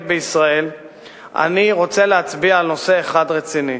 בישראל אני רוצה להצביע על נושא אחד רציני,